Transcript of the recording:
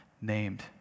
named